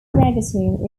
negative